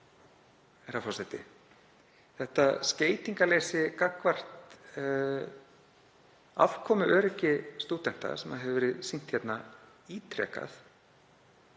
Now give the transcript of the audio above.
það skeytingarleysi gagnvart afkomuöryggi stúdenta sem hefur verið sýnt hér ítrekað.